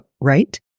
right